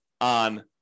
on